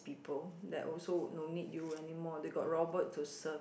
people that also would no need you anymore they got robot to serve